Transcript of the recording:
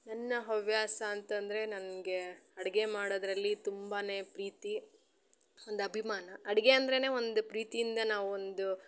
ನನ್ನ ಹವ್ಯಾಸ ಅಂತ ಅಂದರೆ ನನಗೆ ಅಡುಗೆ ಮಾಡೋದರಲ್ಲಿ ತುಂಬಾ ಪ್ರೀತಿ ಒಂದು ಅಭಿಮಾನ ಅಡುಗೆ ಅಂದ್ರೆ ಒಂದು ಪ್ರೀತಿಯಿಂದ ನಾವು ಒಂದು